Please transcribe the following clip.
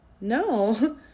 No